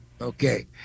Okay